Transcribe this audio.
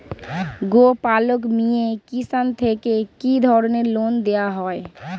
গোপালক মিয়ে কিষান থেকে কি ধরনের লোন দেওয়া হয়?